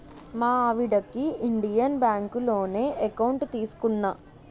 మా ఆవిడకి ఇండియన్ బాంకులోనే ఎకౌంట్ తీసుకున్నా